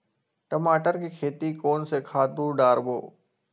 टमाटर के खेती कोन से खातु डारबो?